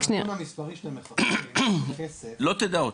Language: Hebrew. הנתון המספרי שאתם מחפשים בכסף --- לא תדע אותו.